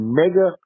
mega